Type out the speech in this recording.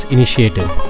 Initiative